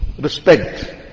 respect